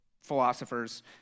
philosophers